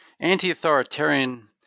anti-authoritarian